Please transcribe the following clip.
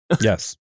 Yes